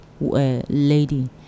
lady